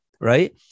right